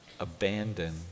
Abandon